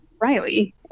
Riley